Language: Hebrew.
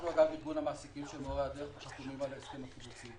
אנחנו ארגון המעסיקים של מורי הדרך וחתומים על ההסכם הקיבוצי.